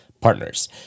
Partners